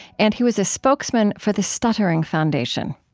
and he was a spokesman for the stuttering foundation.